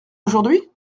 aujourd’hui